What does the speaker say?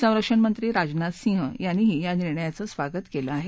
संरक्षणमंत्री राजनाथ सिंह यांनीही या निर्णयाचं स्वागत केलं आहे